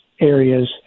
areas